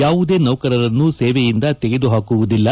ಯಾವುದೇ ನೌಕರರನ್ನು ಸೇವೆಯಿಂದ ತೆಗೆದು ಹಾಕುವುದಿಲ್ಲ